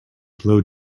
blow